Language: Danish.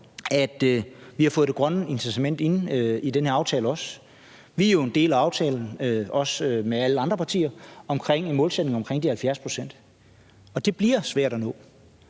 at vi også har fået det grønne incitament ind i den her aftale. Vi er jo en del af aftalen, også med alle andre partier, om målsætningen om de 70 pct., og det bliver svært at nå.